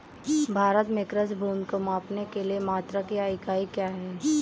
भारत में कृषि भूमि को मापने के लिए मात्रक या इकाई क्या है?